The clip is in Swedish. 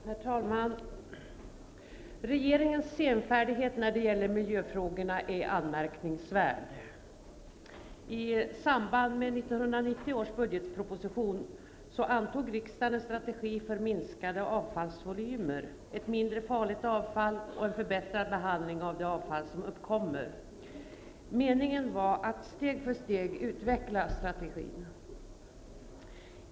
Herr talman! Regeringens senfärdighet när det gäller miljöfrågorna är anmärkningsvärd. I samband med 1990 års budgetproposition antog riksdagen en strategi för minskade avfallsvolymer, ett mindre farligt avfall och en förbättrad behandling av det avfall som uppkommer. Det var meningen att man sedan steg för steg skulle utveckla strategin.